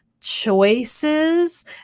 choices